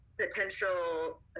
potential